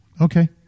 Okay